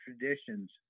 traditions